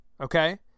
okay